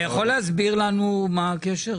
אתה יכול להסביר לנו מה הקשר?